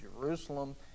Jerusalem